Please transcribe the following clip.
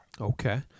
Okay